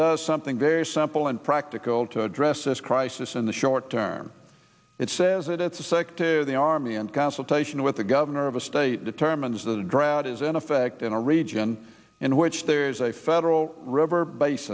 does something very simple and practical to address this crisis in the short term it says that it's a sick to the army in consultation with the governor of a state determines the drought is in effect in a region in which there is a federal river bas